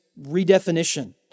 redefinition